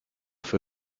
für